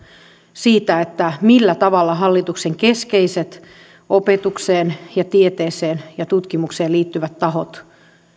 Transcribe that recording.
siitä millä tavalla hallituksen keskeiset opetukseen tieteeseen ja tutkimukseen liittyvät tahot